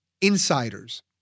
insiders